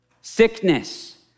sickness